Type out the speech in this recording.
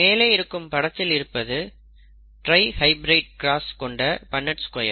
மேலே இருக்கும் படத்தில் இருப்பது ட்ரை ஹைபிரிட் க்ராஸ் கொண்ட பண்ணெட் ஸ்கொயர்